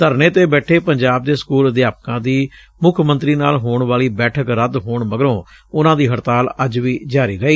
ਧਰਨੇ ਤੇ ਬੈਠੇ ਪੰਜਾਬ ਦੇ ਸਕੂਲ ਅਧਿਆਪਕਾਂ ਦੀ ਮੁੱਖ ਮੰਤਰੀ ਨਾਲ ਹੋਣ ਵਾਲੀ ਬੈਠਕ ਰੱਦ ਹੋਣ ਮਗਰੋਂ ਉਨ੍ਹਾਂ ਦੀ ਹੜਤਾਲ ੱਜ ਵੀ ਜਾਰੀ ਰਹੀ